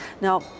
Now